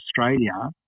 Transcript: Australia